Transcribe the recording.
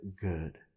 good